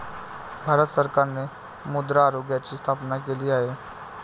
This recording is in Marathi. भारत सरकारने मृदा आरोग्याची स्थापना केली आहे